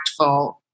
impactful